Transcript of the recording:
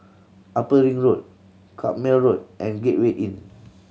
Upper Ring Road Carpmael Road and Gateway Inn